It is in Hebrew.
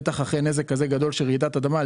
בטח אחרי נזק כזה גדול של רעידת אדמה,